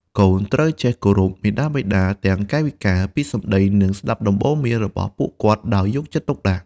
កូនត្រូវចេះគោរពមាតាបិតា ទាំងកាយវិការ ពាក្យសម្ដី និងស្ដាប់ដំបូន្មានរបស់ពួកគាត់ដោយយកចិត្តទុកដាក់។